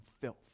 filth